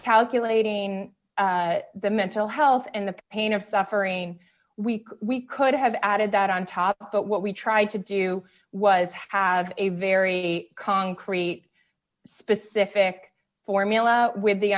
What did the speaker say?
calculating the mental health and the pain of suffering we we could have added that on top of that what we tried to do was have a very concrete specific formula with the